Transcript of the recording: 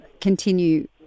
continue